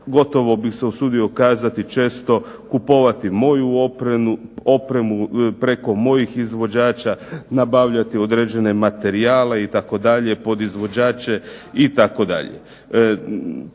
gotovo bih se usudio kazati često kupovati moju opremu preko mojih izvođača, nabavljati određene materijale itd. podizvođače itd.